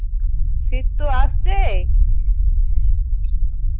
শীত তো আসছে